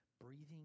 breathing